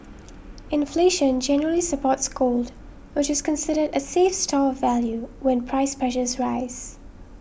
inflation generally supports gold which is considered a safe store of value when price pressures rise